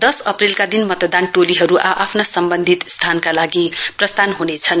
दस अप्रेलका दिन मतदान टोलीहरु आ आफ्ना सम्वन्धित स्थानमा प्रस्थान हुनेछन्